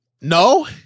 No